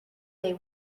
they